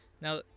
Now